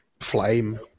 Flame